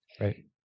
right